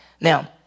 Now